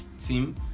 team